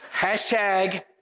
Hashtag